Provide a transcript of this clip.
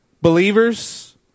believers